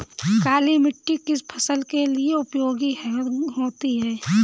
काली मिट्टी किस फसल के लिए उपयोगी होती है?